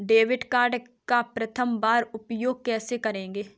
Debit card का प्रथम बार उपयोग कैसे करेंगे?